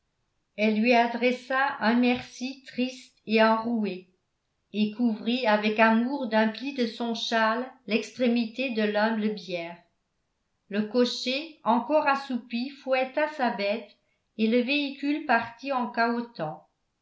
elle lui adressa un merci triste et enroué et couvrit avec amour d'un pli de son châle l'extrémité de l'humble bière le cocher encore assoupi fouetta sa bête et le véhicule partit en cahotant